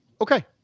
Okay